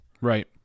Right